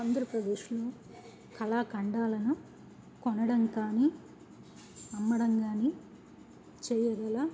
ఆంధ్రప్రదేశ్లో కళాఖండాలను కొనడం కానీ అమ్మడం గాని చేయగల